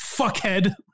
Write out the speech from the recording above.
fuckhead